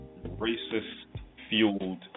racist-fueled